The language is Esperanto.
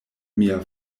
mia